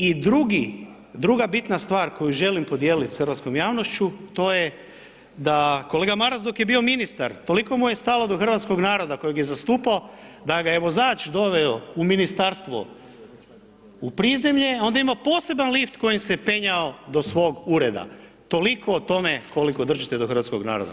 I drugi, druga bitna stvar koju želim podijeliti s hrvatskom javnošću, to je, da kolega Maras dok je bio ministar, toliko mu je stalo do hrvatskoga naroda kojega je zastupao, da ga je vozač doveo u Ministarstvo, u prizemlje, a onda je imao poseban lift kojim se penjao do svog ureda, toliko o tome koliko držite do hrvatskog naroda.